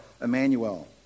Emmanuel